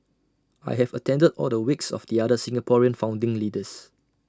I have attended all the wakes of the other Singaporean founding leaders